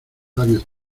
labios